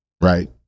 right